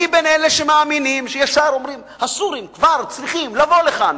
אני בין אלה שמאמינים וישר אומרים שהסורים צריכים כבר לבוא לכאן,